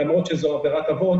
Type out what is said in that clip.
למרות שזו עבירת עוון,